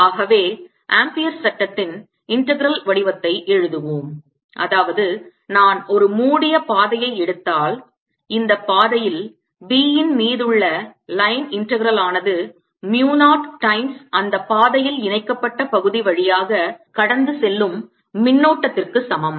ஆகவே ஆம்பியர் சட்டத்தின் integral வடிவத்தை எழுதுவோம் அதாவது நான் ஒரு மூடிய பாதையை எடுத்தால் இந்த பாதையில் B இன் மீது உள்ள line integral ஆனது mu 0 times அந்த பாதையில் இணைக்கப்பட்ட பகுதி வழியாக கடந்து செல்லும் மின்னோட்டத்திற்கு சமம்